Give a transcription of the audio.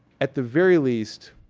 at the very least,